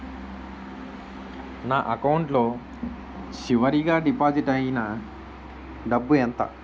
నా అకౌంట్ లో చివరిగా డిపాజిట్ ఐనా డబ్బు ఎంత?